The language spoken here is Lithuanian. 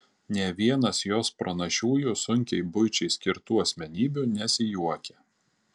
nė vienas jos pranašiųjų sunkiai buičiai skirtų asmenybių nesijuokia